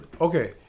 okay